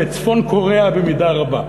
צפון-קוריאה במידה רבה,